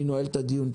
אני נועל את הדיון.